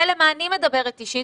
מילא מה אני מדברת אישית,